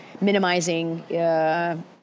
minimizing